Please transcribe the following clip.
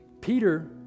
Peter